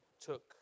took